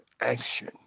action